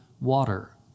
water